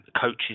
coaches